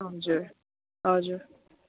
हजुर हजुर